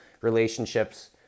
relationships